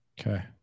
okay